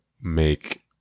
make